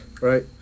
Right